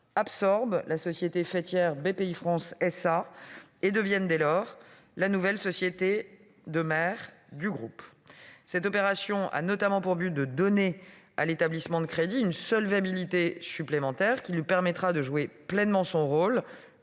absorbe la société faîtière Bpifrance SA, et devienne dès lors la nouvelle société mère du groupe. Cette opération a notamment pour but de donner à l'établissement de crédit une solvabilité supplémentaire, laquelle lui permettra de jouer pleinement son rôle-